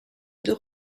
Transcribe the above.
deux